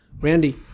Randy